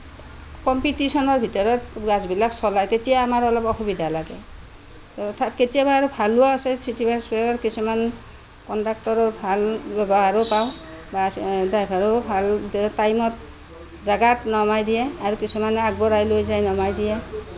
কম্পিটিচনৰ ভিতৰত বাছবিলাক চলায় তেতিয়া আমাৰ অলপ অসুবিধা লাগে কেতিয়াবা আৰু ভালো আছে চিটিবাছ বিলাক কিছুমান কণ্ডাক্টৰৰ ভাল ব্যৱহাৰো পাওঁ বা ড্ৰাইভাৰো ভাল যে টাইমত জেগাত নমাই দিয়ে আৰু কিছুমানে আগবঢ়াই লৈ যায় নমাই দিয়ে